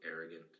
arrogant